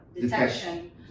Detection